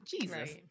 Jesus